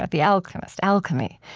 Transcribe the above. ah the alchemist alchemy.